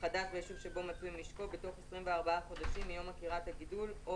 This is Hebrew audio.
חדש ביישוב שבו מצוי משקו בתוך 24 חודשים מיום עקירת הגידול או